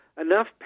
enough